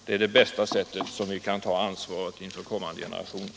Det är det bästa sättet för oss att ta ansvar inför kommande generationer.